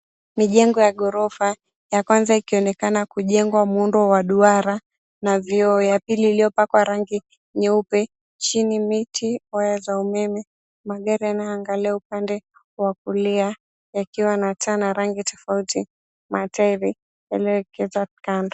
Mijengo ya ghorofa, ya kwanza ikionekana kujengwa muundo wa duara na vioo. Ya pili iliyopakwa rangi nyeupe, chini miti, waya za umeme, magari yanayoangalia upande wa kulia yakiwa na taa na rangi tofauti. Matairi yaliyowekezwa kando.